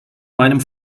meinem